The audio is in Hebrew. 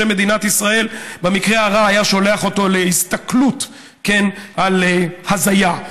במקרה הרע היה שולח אותו להסתכלות על הזיה.